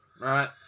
Right